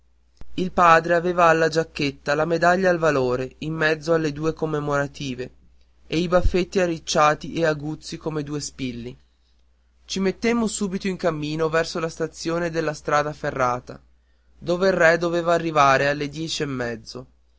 il padre aveva alla giacchetta la medaglia al valore in mezzo alle due commemorative e i baffetti arricciati e aguzzi come due spilli ci mettemmo subito in cammino verso la stazione della strada ferrata dove il re doveva arrivare alle dieci e mezzo